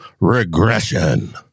regression